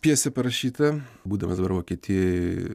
pjesė parašyta būdamas dabar vokietijoj